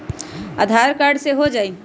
आधार card से हो जाइ?